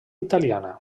italiana